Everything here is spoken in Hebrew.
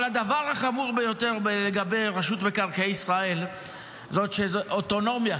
אבל הדבר החמור ביותר לגבי רשות מקרקעי ישראל הוא שזו אוטונומיה,